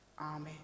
Amen